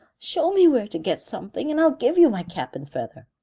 show me where to get something, and i'll give you my cap and feather.